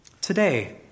Today